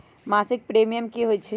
मासिक प्रीमियम की होई छई?